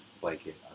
blanket